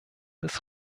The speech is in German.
des